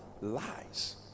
Lies